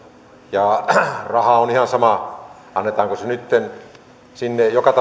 ja raha on ihan sama annetaanko se nytten sinne joka